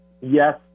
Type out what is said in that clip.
yes